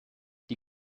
die